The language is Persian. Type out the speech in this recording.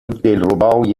دلربای